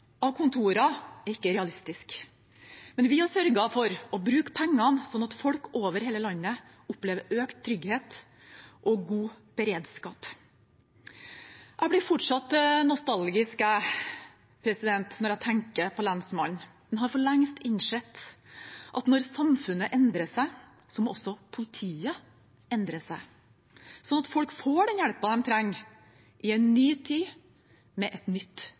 av kontor er ikke realistisk. Men vi har sørget for å bruke pengene sånn at folk over hele landet opplever økt trygghet og god beredskap. Jeg blir fortsatt nostalgisk når jeg tenker på lensmannen, men har for lengst innsett at når samfunnet endrer seg, må også politiet endre seg, sånn at folk får den hjelpen de trenger i en ny tid med et nytt